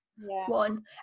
one